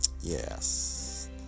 yes